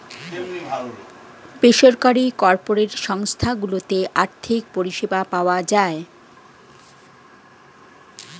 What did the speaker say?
বেসরকারি কর্পোরেট সংস্থা গুলোতে আর্থিক পরিষেবা পাওয়া যায়